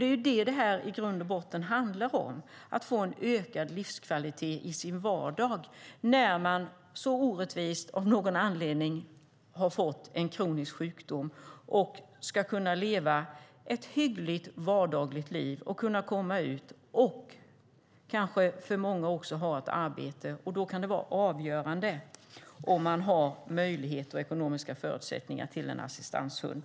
Det är ju det som det här i grund och botten handlar om, att få en ökad livskvalitet i sin vardag när man av någon anledning har fått en kronisk sjukdom. Man ska kunna leva ett hyggligt vardagsliv och kunna komma ut och eventuellt ha ett arbete. Då kan det vara avgörande om man har möjlighet och ekonomiska förutsättningar att ha en assistanshund.